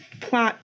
plot